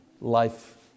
life